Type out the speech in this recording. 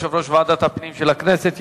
יושב-ראש ועדת הפנים של הכנסת.